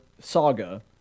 saga